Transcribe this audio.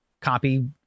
copy